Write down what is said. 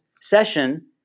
session